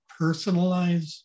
personalize